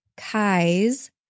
kai's